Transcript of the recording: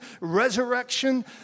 resurrection